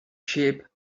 sheep